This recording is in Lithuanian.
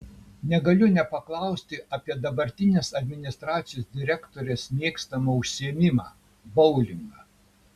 negaliu nepaklausti apie dabartinės administracijos direktorės mėgstamą užsiėmimą boulingą